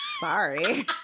sorry